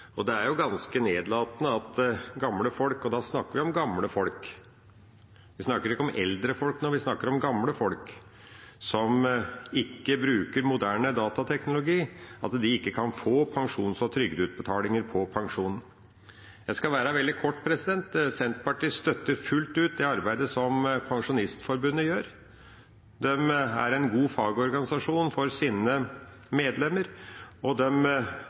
Det er ganske nedlatende at gamle folk – og da snakker vi om gamle folk, vi snakker ikke om eldre folk når vi snakker om gamle folk – som ikke bruker moderne datateknologi, ikke kan få pensjons- og trygdeutbetalingsslipp på papir. Jeg skal være veldig kort. Senterpartiet støtter fullt ut det arbeidet som Pensjonistforbundet gjør. De er en god fagorganisasjon for sine medlemmer, og